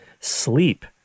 sleep